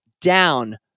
down